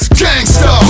gangsta